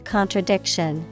Contradiction